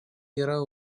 yra